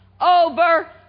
over